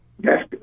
Yes